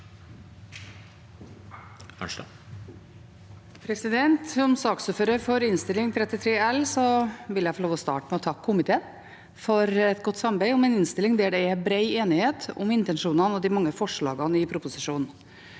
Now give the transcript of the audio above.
Som saksordfører for Innst. 33 L for 2023–2024 vil jeg få lov til å starte med å takke komiteen for godt samarbeid om en innstilling der det er bred enighet om intensjonene og de mange forslagene i proposisjonen.